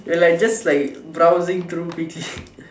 we're like just like browsing through quickly